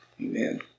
Amen